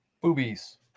Boobies